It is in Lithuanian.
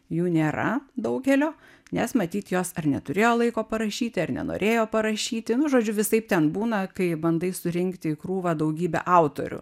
jų nėra daugelio nes matyt jos ar neturėjo laiko parašyti ar nenorėjo parašyti nu žodžiu visaip ten būna kai bandai surinkti į krūvą daugybę autorių